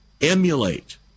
emulate